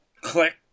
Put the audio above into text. Click